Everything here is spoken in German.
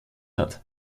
hat